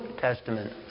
Testament